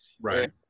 Right